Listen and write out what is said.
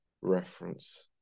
reference